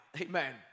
amen